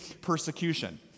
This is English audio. persecution